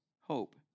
hope